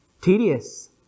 tedious